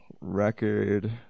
record